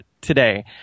today